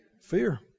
Fear